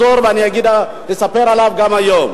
חשוב מאוד להביא זוגות צעירים,